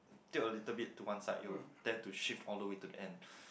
tilt a little bit to one side it will tend to shift all the way to the end